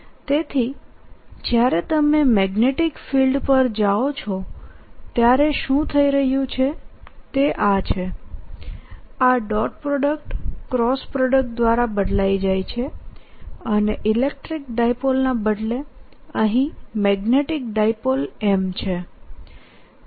તેથીજ્યારે તમે magnetic field પર જાઓ છો ત્યારેશું થઈ રહ્યું છેતેઆ છે આડોટપ્રોડક્ટ ક્રોસ પ્રોડક્ટ દ્વારા બદલાય જાય છે અને ઇલેક્ટ્રિક ડાયપોલના બદલે અહીં મેગ્નેટીક ડાયપોલm છે